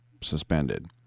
suspended